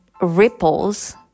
ripples